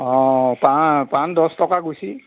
অঁ পা পাণ দহ টকা গুছি